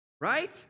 Right